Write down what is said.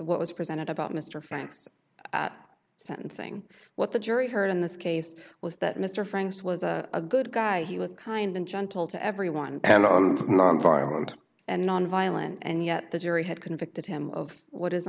what was presented about mr frank's sentencing what the jury heard in this case was that mr franks was a good guy he was kind and gentle to everyone and violent and nonviolent and yet the jury had convicted him of what is